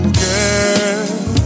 girl